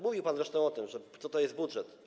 Mówił pan zresztą o tym, co to jest budżet.